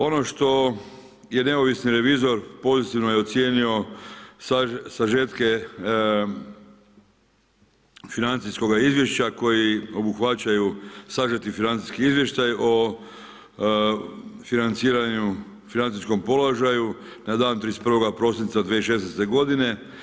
Ono što je neovisni revizor pozitivno je ocijenio sažetke financijskoga izvješća koji obuhvaćaju sažeti financijski izvještaj o financiranju, financijskom položaju na dan 31. prosinca 2016. godine.